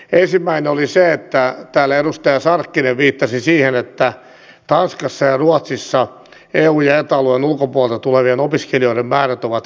ensimmäinen oli se että täällä edustaja sarkkinen viittasi siihen että tanskassa ja ruotsissa eu ja eta alueen ulkopuolelta tulevien opiskelijoiden määrät ovat vähentyneet